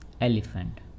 elephant